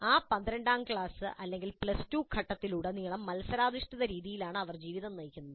ആ പന്ത്രണ്ടാം class plus two ഘട്ടത്തിലുടനീളം മത്സരാധിഷ്ഠിത രീതിയിലാണ് അവർ ജീവിതം നയിക്കുന്നത്